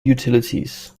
utilities